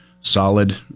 solid